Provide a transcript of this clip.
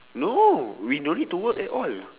no we no need to work at all